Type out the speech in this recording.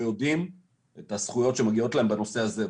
לא יודעים על הזכויות שמגיעות להם בנושא הזה.